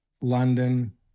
London